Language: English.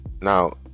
Now